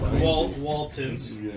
Walton's